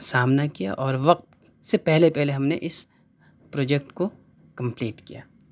سامنا کیا اور وقت سے پہلے پہلے ہم نے اِس پروجیکٹ کو کمپلیٹ کیا